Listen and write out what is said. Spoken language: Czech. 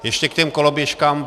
Ještě k těm koloběžkám.